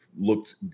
looked